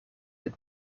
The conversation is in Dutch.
het